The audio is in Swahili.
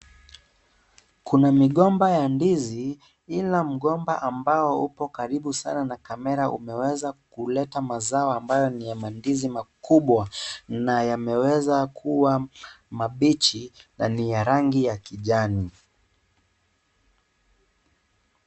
Kuna migomba ya ndizi ,ila mgomba ambayo iko karibu na kamera umeweza kuletea mazao ambayo ni mandizi makubwa na yameweza kuwa mabichi na ni ya rangi ya kijani.